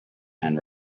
and